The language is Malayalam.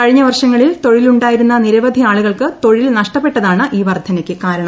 കഴിഞ്ഞ വർഷങ്ങളിൽ തൊഴിലുണ്ടായിരുന്ന നിരവധി ആളുകൾക്ക് തൊഴിൽ നഷ്ടപ്പെട്ടതാണ് ഈ വർധനക്ക് കാരണം